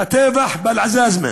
הטבח באל-עזאזמה.